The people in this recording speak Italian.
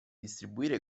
distribuire